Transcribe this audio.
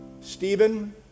Stephen